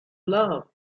love